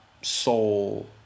Soul